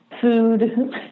food